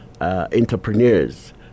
entrepreneurs